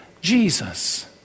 Jesus